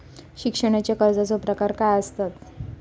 शिक्षणाच्या कर्जाचो प्रकार काय आसत?